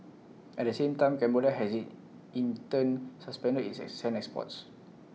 at the same time Cambodia has IT in turn suspended its IT sand exports